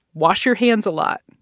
wash your hands a lot.